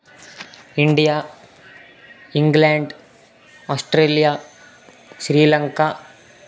India England Australia Sri Lanka